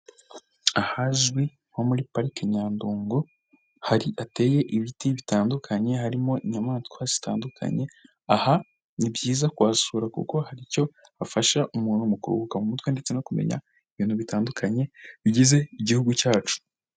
Ahazwi nko muri pariki nyandungo hateye ibiti bitandukanye harimo inyamaswa zitandukanye. Aha ni byiza kuhasura kuko hari icyo bafasha umuntu mu kuruhuka mu mutwe ndetse no kumenya ibintu bitandukanye bigize igihugu cyacu.